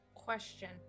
question